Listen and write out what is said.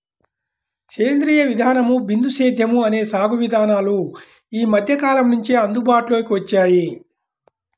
సేంద్రీయ విధానం, బిందు సేద్యం అనే సాగు విధానాలు ఈ మధ్యకాలం నుంచే అందుబాటులోకి వచ్చాయి